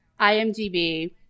IMDb